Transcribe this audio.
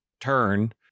turn